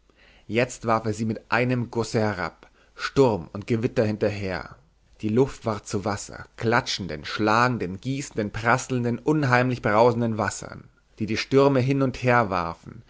jetzt warf er sie in einem gusse herab sturm und gewitter hinterher die luft ward zu wasser klatschenden schlagenden gießenden prasselnden unheimlich brausenden wassern die die stürme hin und her warfen